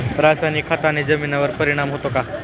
रासायनिक खताने जमिनीवर परिणाम होतो का?